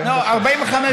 40 דקות.